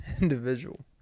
individual